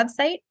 website